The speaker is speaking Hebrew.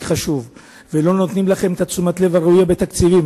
חשוב ולא נותנים לכם את תשומת הלב הראויה בתקציבים,